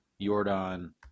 Jordan